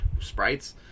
sprites